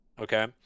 Okay